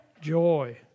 Joy